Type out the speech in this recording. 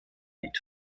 night